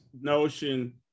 notion